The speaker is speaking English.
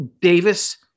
Davis